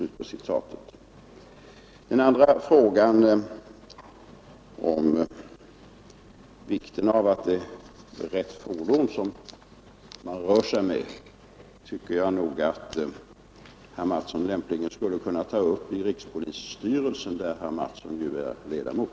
Den andra frågan, om vikten av att det är rätt fordon som man riktar sig mot, tycker jag att herr Mattsson lämpligen skall ta upp i rikspolisstyrelsen, där herr Mattsson är ledamot.